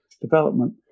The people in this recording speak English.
development